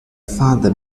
father